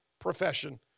profession